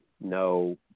no